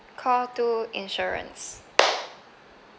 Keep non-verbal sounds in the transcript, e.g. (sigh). call two insurance (noise)